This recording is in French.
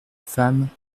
femmes